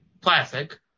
Plastic